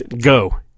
go